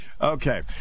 Okay